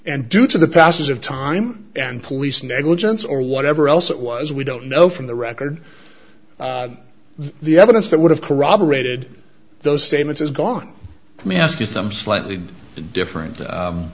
and due to the passage of time and police negligence or whatever else it was we don't know from the record the evidence that would have corroborated those statements is gone let me ask you some slightly different